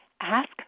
Ask